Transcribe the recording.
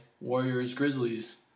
Warriors-Grizzlies